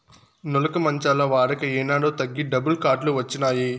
నులక మంచాల వాడక ఏనాడో తగ్గి డబుల్ కాట్ లు వచ్చినాయి